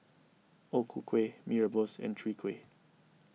O Ku Kueh Mee Rebus and Chwee Kueh